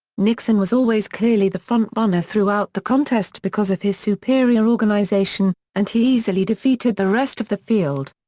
nixon was always clearly the front runner throughout the contest because of his superior organization, and he easily defeated the rest of the field.